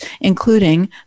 including